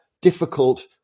difficult